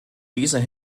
dieser